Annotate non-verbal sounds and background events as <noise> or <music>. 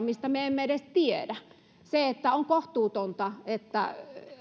<unintelligible> mistä me emme edes tiedä on kohtuutonta että